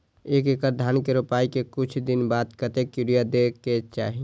एक एकड़ धान के रोपाई के कुछ दिन बाद कतेक यूरिया दे के चाही?